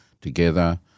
together